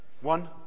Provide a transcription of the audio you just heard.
one